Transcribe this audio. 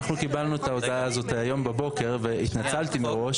אנחנו קיבלנו את ההודעה הזאת היום בבוקר והתנצלתי מראש.